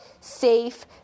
safe